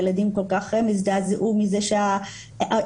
הילדים כל כך מזועזעים מזה שבא מישהו,